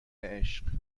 عشق